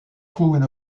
trouve